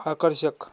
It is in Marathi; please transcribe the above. आकर्षक